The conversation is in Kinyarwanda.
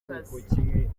kazi